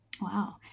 Wow